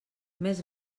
més